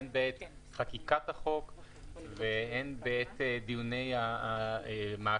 הן בעת חקיקת החוק והן בעת דיוני המעקב.